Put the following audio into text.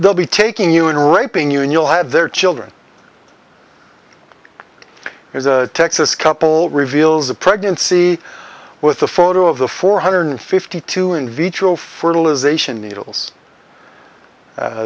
they'll be taking you and raping you and you'll have their children there's a texas couple reveals a pregnancy with a photo of the four hundred fifty two in vitro fertilization needles